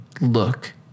look